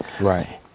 Right